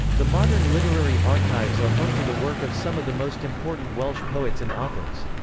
the modern literary archives are home to the work of some of the most important welsh poets and authors.